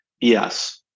Yes